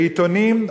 ועיתונים,